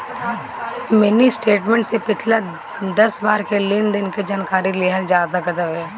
mini statement से पिछला दस बार के लेनदेन के जानकारी लेहल जा सकत हवे